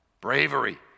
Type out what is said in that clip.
Bravery